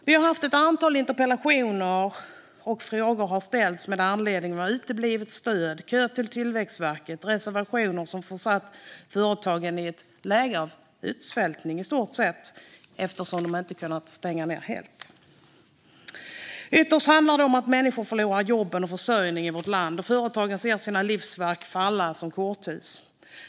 Vi har haft ett antal interpellationer, och frågor har ställts med anledning av uteblivna stöd, kö till Tillväxtverket och restriktioner som försatt företagen i ett läge av utsvältning, i stort sett, eftersom de inte har kunnat stänga ned helt. Ytterst handlar det om att människor förlorar jobben och försörjningen i vårt land och att företagarna ser sina livsverk falla som korthus.